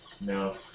No